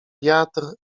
wiatr